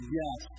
yes